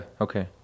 okay